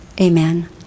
amen